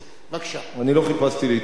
לא חיפשתי להתעמת אתך,